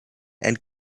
and